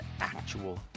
actual